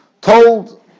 told